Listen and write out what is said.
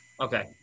Okay